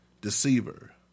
deceiver